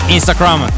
Instagram